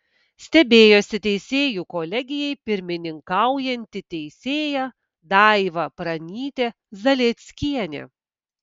stebėjosi teisėjų kolegijai pirmininkaujanti teisėja daiva pranytė zalieckienė